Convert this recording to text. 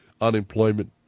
unemployment